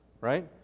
right